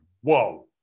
whoa